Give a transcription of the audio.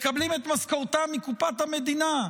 מקבלים את משכורתם מקופת המדינה,